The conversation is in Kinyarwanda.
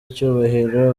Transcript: icyubahiro